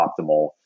optimal